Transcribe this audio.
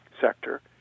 sector